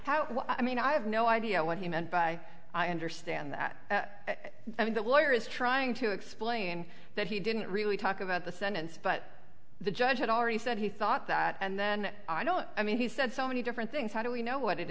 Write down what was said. how i mean i have no idea what he meant by i understand that i mean that lawyer is trying to explain that he didn't really talk about the sentence but the judge had already said he thought that and then i don't i mean he said so many different things how do we know what it